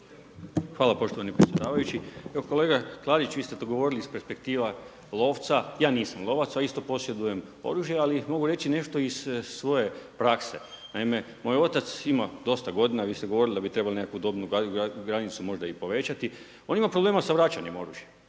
Hvala poštovani predsjedavajući. Kolega Klarić, vi ste govorili iz perspektiva lovca, ja nisam lovac, a isto posjedujem oružje, ali mogu reći nešto iz svoje prakse. Naime, moj otac ima dosta godina, vi ste govorili da bi trebali nekakvu dobnu granicu možda i povećati. On ima problema sa vraćanjem oružjem,